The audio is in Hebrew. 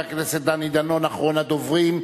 חבר הכנסת דני דנון, אחרון הדוברים,